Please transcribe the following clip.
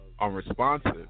unresponsive